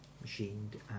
machined